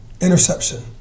interception